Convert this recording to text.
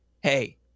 Hey